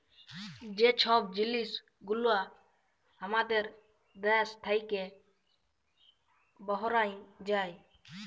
যে ছব জিলিস গুলা আমাদের দ্যাশ থ্যাইকে বাহরাঁয় যায়